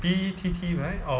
B_T_T right or